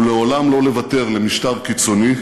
הוא לעולם לא לוותר למשטר קיצוני